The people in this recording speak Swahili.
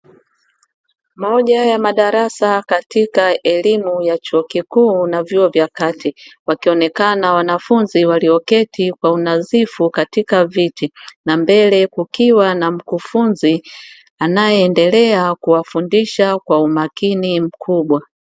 Moja ya madarasa katika elimu ya chuo kikuu ya vyuo vya kati wakionekana wanafunzi walioketi kwa unadhifu katika viti, na mbele kukiwa na mkufunzi anayeendelea kuwafundisha kwa umakini mkubwa.